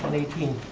eighteen.